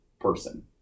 person